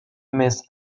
miss